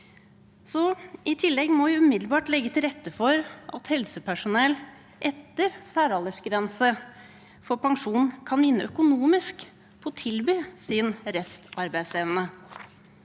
I tillegg må vi umiddelbart legge til rette for at helsepersonell, etter særaldersgrense for pensjon, kan vinne økonomisk på å tilby sin restarbeidsevne.